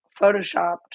photoshopped